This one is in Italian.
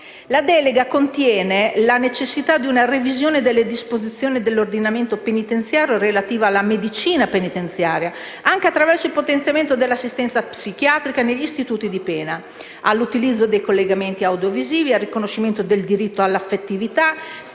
La delega contiene, inoltre, la necessità di una revisione delle disposizioni dell'ordinamento penitenziario relative alla medicina penitenziaria, anche attraverso il potenziamento dell'assistenza psichiatrica negli istituti di pena, all'utilizzo dei collegamenti audiovisivi, al riconoscimento del diritto all'affettività;